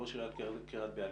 ראש עיריית קריית ביאליק.